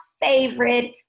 favorite